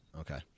Okay